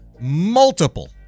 multiple